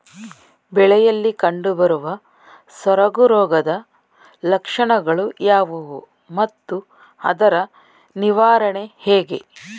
ಬೆಳೆಯಲ್ಲಿ ಕಂಡುಬರುವ ಸೊರಗು ರೋಗದ ಲಕ್ಷಣಗಳು ಯಾವುವು ಮತ್ತು ಅದರ ನಿವಾರಣೆ ಹೇಗೆ?